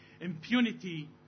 impunity